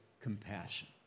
compassion